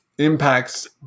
Impacts